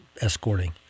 escorting